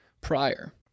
prior